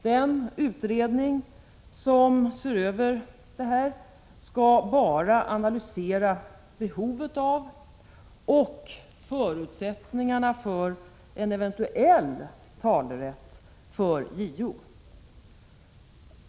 Den utredning som ser över detta skall nämligen bara analysera behovet av och förutsättningarna för en eventuell talerätt för JO.